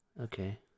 Okay